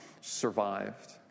survived